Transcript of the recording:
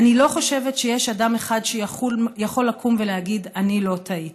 "אני לא חושבת שיש אדם אחד שיכול לקום ולהגיד: אני לא טעיתי,